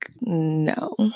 No